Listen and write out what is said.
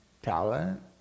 Talent